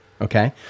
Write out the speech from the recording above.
okay